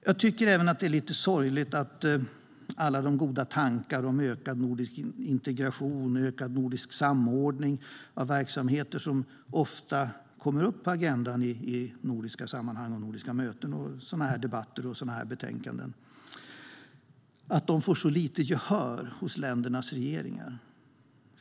Jag tycker även att det är lite sorgligt att alla de goda tankar om ökad nordisk integration och ökad nordisk samordning av verksamheter som ofta kommer upp på agendan i nordiska sammanhang, på nordiska möten, i sådana här debatter och i sådana här betänkanden får så lite gehör hos ländernas regeringar.